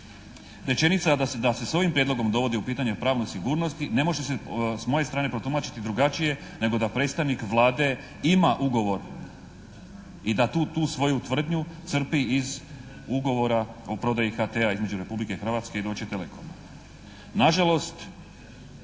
Činjenica da se sa ovim prijedlogom dovodi u pitanje pravna sigurnost ne može se s moje strane protumačiti drugačije nego da predstavnik Vlade ima ugovor i da tu svoju tvrdnju crpi iz ugovora o prodaji HT-a između Republike Hrvatske i Deutche Telekoma.